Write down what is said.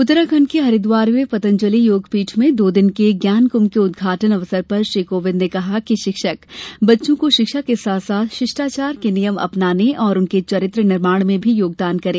उत्तराखंड के हरिद्वार में पतंजलि योगपीठ में दो दिन के ज्ञान क्ंभ के उदघाटन अवसर पर श्री कोविंद ने कहा कि शिक्षक बच्चों को शिक्षा के साथ साथ शिष्टाचार के नियम अपनाने और उनके चरित्र निर्माण में भी योगदान करें